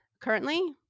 Currently